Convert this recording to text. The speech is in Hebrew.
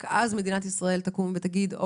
רק אז מדינת ישראל מוכנה להגיד שיש לה